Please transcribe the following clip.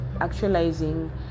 actualizing